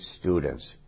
students